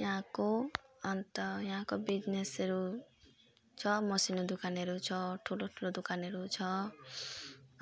यहाँको अन्त यहाँको बिजनेसहरू छ मसिनो दोकानहरू छ ठुलोठुलो दोकानहरू छ